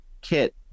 kit